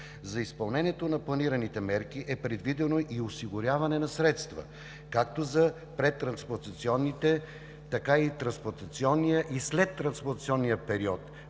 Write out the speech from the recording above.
За изпълнението на планираните мерки е предвидено и осигуряване на средства както за предтрансплантационните, така и трансплантационния и